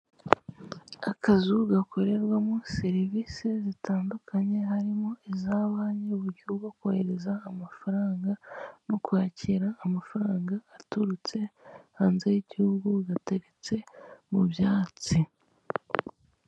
Akazu gakorerwamo serivise zitandukanye harimo iza banki, uburyo bwo kohereza amafaranga no kwakira amafaranga aturutse hanze y'igihugu gateretse mu byatsi.